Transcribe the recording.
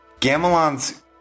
Gamelon's